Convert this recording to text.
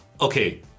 okay